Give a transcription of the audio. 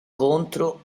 contro